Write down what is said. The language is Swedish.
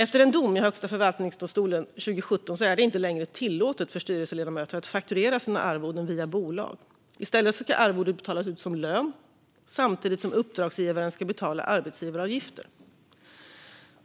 Efter en dom i Högsta förvaltningsdomstolen 2017 är det inte längre tillåtet för styrelseledamöter att fakturera sina arvoden via bolag. I stället ska arvodet betalas ut som lön samtidigt som uppdragsgivaren ska betala arbetsgivaravgifter.